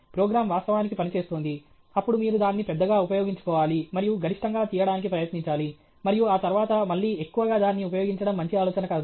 programme వాస్తవానికి పనిచేస్తోంది అప్పుడు మీరు దాన్ని పెద్దగా ఉపయోగించుకోవాలి మరియు గరిష్టంగా తీయడానికి ప్రయత్నించాలి మరియు ఆ తరువాత మళ్ళీ ఎక్కువగా దాన్ని ఉపయోగించడం మంచి ఆలోచన కాదు